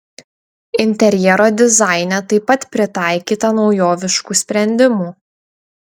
interjero dizaine taip pat pritaikyta naujoviškų sprendimų